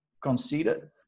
conceded